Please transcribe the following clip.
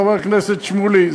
חבר הכנסת שמולי,